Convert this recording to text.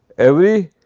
every